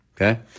okay